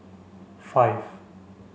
five